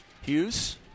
Hughes